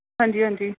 ਹਾਂਜੀ ਹਾਂਜੀ